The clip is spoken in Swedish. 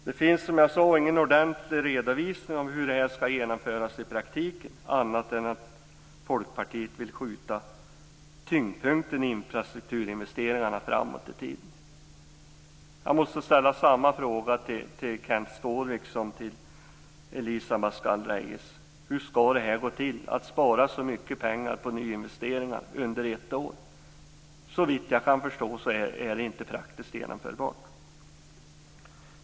Som jag sade finns det ingen ordentlig redovisning av hur det skall genomföras i praktiken, annat än att Folkpartiet vill skjuta tyngdpunkten i infrastrukturinvesteringarna framåt i tiden. Jag måste ställa samma fråga till Kenth Skårvik som till Elisa Abascal Reyes: Hur skall det gå till att spara så mycket pengar på nyinvesteringar under ett år? Såvitt jag kan förstå är det inte praktiskt genomförbart.